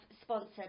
sponsored